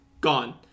gone